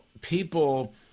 people